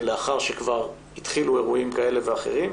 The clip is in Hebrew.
לאחר שכבר התחילו אירועים כאלה ואחרים.